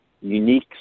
unique